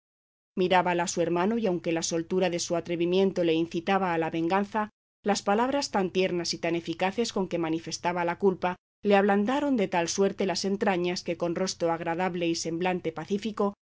secreto mirábala su hermano y aunque la soltura de su atrevimiento le incitaba a la venganza las palabras tan tiernas y tan eficaces con que manifestaba su culpa le ablandaron de tal suerte las entrañas que con rostro agradable y semblante pacífico